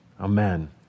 Amen